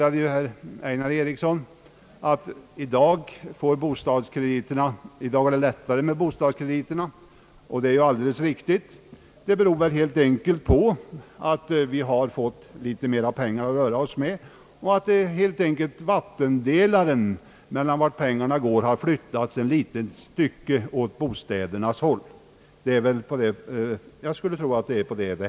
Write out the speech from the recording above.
Herr Einar Eriksson konstaterade att det i dag inträtt en viss lättnad i fråga om bostadskrediterna, och det är alldeles riktigt. Det beror väl på att vi fått litet mer pengar att röra oss med; att vattendelaren för pengarnas användning har flyttats ett litet stycke till bostädernas förmån.